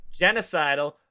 genocidal